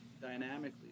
dynamically